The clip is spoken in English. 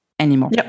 anymore